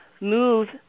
move